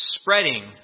spreading